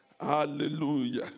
Hallelujah